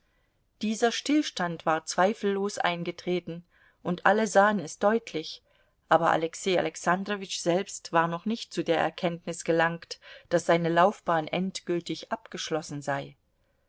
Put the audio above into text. dieser stillstand war zweifellos eingetreten und alle sahen es deutlich aber alexei alexandrowitsch selbst war noch nicht zu der erkenntnis gelangt daß seine laufbahn endgültig abgeschlossen sei